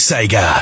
Sega